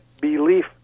belief